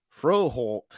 Froholt